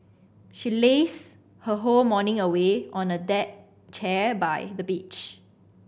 she lazed her whole morning away on a deck chair by the beach